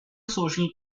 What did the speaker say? social